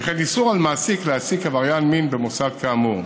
וכן איסור על מעסיק להעסיק עבריין מין במוסד כאמור.